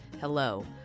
Hello